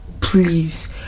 Please